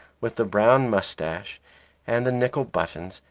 with the brown moustache and the nickel buttons,